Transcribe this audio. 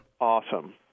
Awesome